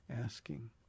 asking